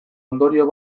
ondorio